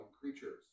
Creatures